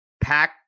pack